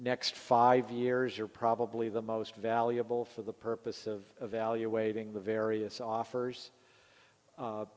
next five years are probably the most valuable for the purpose of waiving the various offers